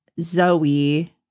Zoe